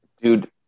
Dude